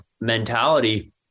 mentality